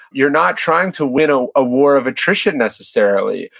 you're not trying to win a ah war of attrition necessarily,